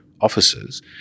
officers